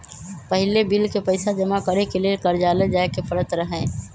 पहिले बिल के पइसा जमा करेके लेल कर्जालय जाय के परैत रहए